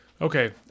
Okay